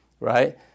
right